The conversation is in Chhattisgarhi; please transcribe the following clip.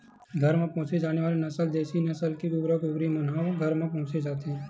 घर म पोसे जाने वाले नसल देसी नसल के कुकरा कुकरी मन ल घर म पोसे जाथे